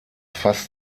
fast